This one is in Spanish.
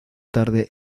tarde